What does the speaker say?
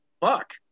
Fuck